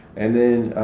and then,